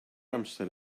amser